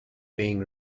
being